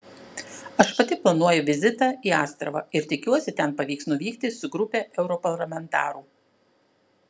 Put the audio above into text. aš pati planuoju vizitą į astravą ir tikiuosi ten pavyks nuvykti su grupe europarlamentarų